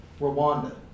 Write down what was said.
Rwanda